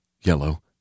Yellow